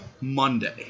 Monday